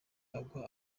agwa